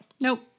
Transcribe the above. Nope